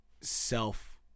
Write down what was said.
self